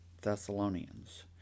Thessalonians